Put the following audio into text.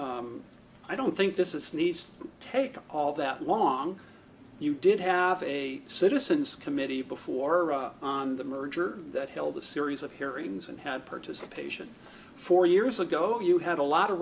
i don't think this is needs to take all that long you didn't have a citizens committee before the merger that held a series of hearings and had participation four years ago you had a lot of